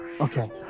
Okay